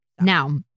Now